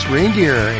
Reindeer